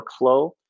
workflow